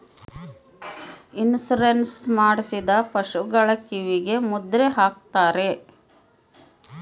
insurance ಮಾಡಿಸಿದ ಪಶುಗಳ ಕಿವಿಗೆ ಮುದ್ರೆ ಹಾಕ್ತಾರೆ